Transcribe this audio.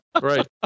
right